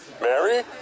Mary